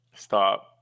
Stop